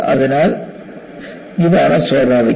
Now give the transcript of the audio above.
അതിനാൽ ഇതാണ് സ്വാഭാവികം